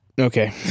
okay